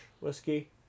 whiskey